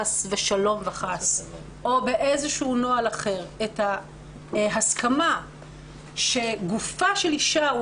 חס ושלום או באיזשהו נוהל אחר את ההסכמה שגופה של אישה הוא